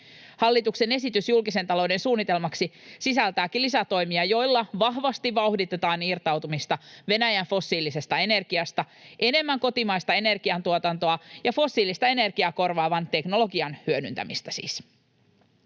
Hallituksen esitys julkisen talouden suunnitelmaksi sisältääkin lisätoimia, joilla vahvasti vauhditetaan irtautumista Venäjän fossiilisesta energiasta: enemmän kotimaista energiantuotantoa ja fossiilista energiaa korvaavan teknologian hyödyntämistä